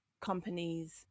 companies